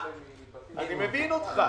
אני מבין אותך,